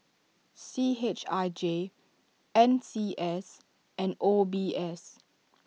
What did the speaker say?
C H I J N C S and O B S